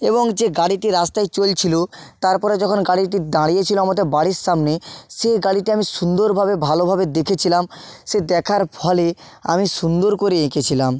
এবং যে গাড়িটি রাস্তায় চলছিলো তারপরে যখন গাড়িটি দাঁড়িয়েছিলো আমাদের বাড়ির সামনে সে গাড়িটি আমি সুন্দরভাবে ভালোভাবে দেখেছিলাম সে দেখার ফলে আমি সুন্দর করে এঁকেছিলাম